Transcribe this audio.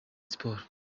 sports